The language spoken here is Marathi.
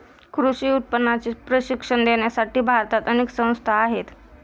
कृषी विपणनाचे प्रशिक्षण देण्यासाठी भारतात अनेक संस्था आहेत